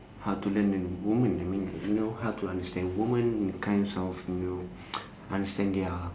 how to learn the woman I mean like you know how to understand woman the kinds of you know understand their